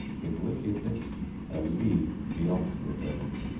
in wickedness a league beyond the devil.